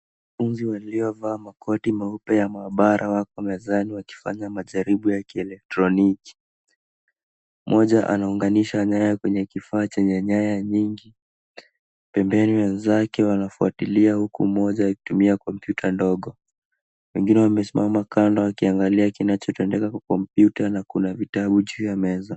Fundi waliovaa makoti meupe ya maabara wako mezani wakifanya majaribu ya kieletroniki. Mmoja anaunganisha nyaya kwenye kifaa chenye nyaya nyingi. Pembeni wenzake wanafuatilia, huku mmoja akitumia kompyuta ndogo. Wengine wamesimama kando wakiangalia kinachoendelea kwa kompyuta na kuna vitabu juu ya meza.